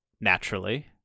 naturally